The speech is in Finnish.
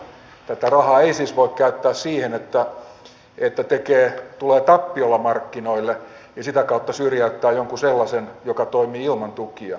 tätä rahaa ei siis voi käyttää siihen että tulee tappiolla markkinoille ja sitä kautta syrjäyttää jonkun sellaisen joka toimii ilman tukia